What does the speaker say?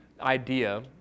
idea